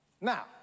Now